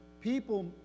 people